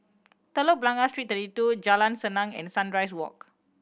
Telok Blangah Street Thirty Two Jalan Senang and Sunrise Walk